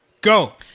Go